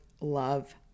love